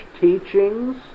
teachings